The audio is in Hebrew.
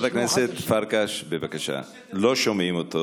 חברת הכנסת פרקש, בבקשה, לא שומעים אותו.